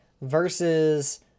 versus